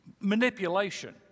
manipulation